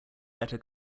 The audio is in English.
better